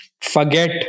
forget